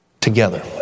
together